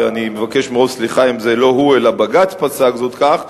ואני מבקש מאוד סליחה אם זה לא הוא אלא בג"ץ פסק זאת כך,